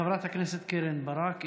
חברת הכנסת קרן ברק,